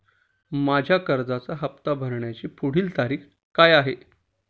माझ्या कर्जाचा हफ्ता भरण्याची पुढची तारीख काय आहे?